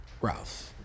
Ralph